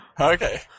Okay